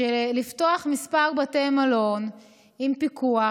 לפתוח כמה בתי מלון עם פיקוח.